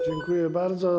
Dziękuję bardzo.